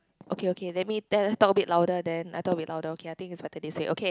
okay okay let me te~ talk a bit louder then I talk a bit louder okay I think it's better this way okay